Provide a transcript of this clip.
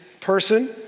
person